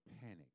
panic